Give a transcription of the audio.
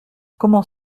comment